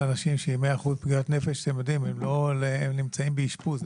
אנשים שהם 100% פגיעות נפש הם נמצאים באשפוז,